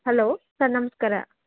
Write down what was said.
hello sir ನಮಸ್ಕಾರ